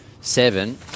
seven